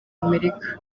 amerika